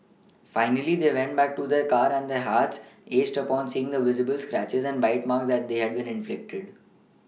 finally they went back to their car and their hearts ached upon seeing the visible scratches and bite marks that they had been inflicted